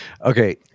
Okay